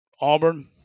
Auburn